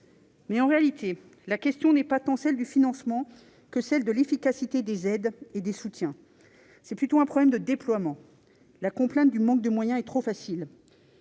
Mais, en réalité, la question n'est pas tant celle du financement que celle de l'efficacité des aides et des soutiens. C'est plutôt un problème de déploiement. La complainte du manque de moyens est trop facile.